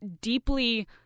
deeply